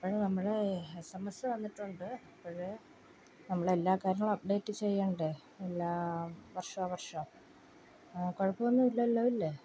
അപ്പോൾ നമ്മളുടെ S M S വന്നിട്ടുണ്ട് അപ്പോൾ നമ്മൾ എല്ലാ കാര്യങ്ങളും അപ്ഡേറ്റ് ചെയ്യണ്ടേ എല്ലാ വർഷാവർഷം കുഴപ്പമൊന്നും ഇല്ലല്ലോ ഇല്ലേ